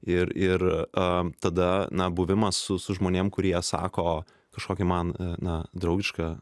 ir ir tada na buvimas su su žmonėm kurie sako kažkokį man na draugišką